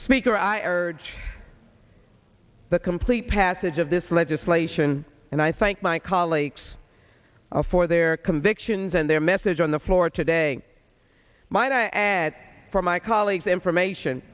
speaker i urge the complete passage of this legislation and i thank my colleagues for their convictions and their message on the floor today might i add from my colleagues information